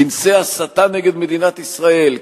כנסי הסתה נגד מדינת ישראל,